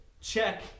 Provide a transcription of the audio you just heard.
Check